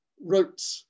wrote